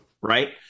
Right